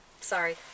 Sorry